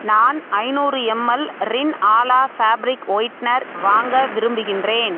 நான் ஐந்நூறு ML Rin Ala fabric whitener வாங்க விரும்புகின்றேன்